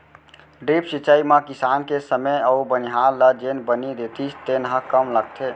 drip सिंचई म किसान के समे अउ बनिहार ल जेन बनी देतिस तेन ह कम लगथे